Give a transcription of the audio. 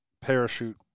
parachute